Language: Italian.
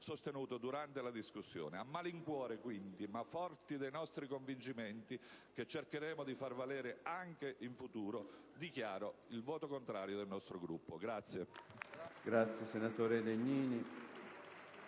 sostenuto durante la discussione. A malincuore, quindi, ma forti dei nostri convincimenti, che cercheremo di far valere anche in futuro, dichiaro il voto contrario del mio Gruppo.